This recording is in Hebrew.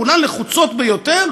כולן לחוצות ביותר,